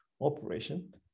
operation